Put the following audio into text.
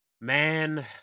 man